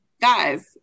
guys